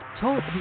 Talk